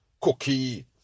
cookie